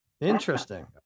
Interesting